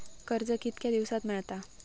कर्ज कितक्या दिवसात मेळता?